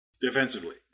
defensively